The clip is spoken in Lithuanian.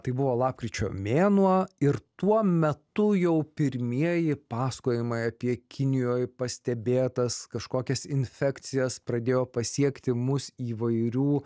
tai buvo lapkričio mėnuo ir tuo metu jau pirmieji pasakojimai apie kinijoj pastebėtas kažkokias infekcijas pradėjo pasiekti mus įvairių